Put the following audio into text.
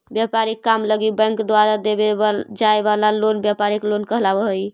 व्यापारिक काम लगी बैंक द्वारा देवे जाए वाला लोन व्यापारिक लोन कहलावऽ हइ